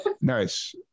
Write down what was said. Nice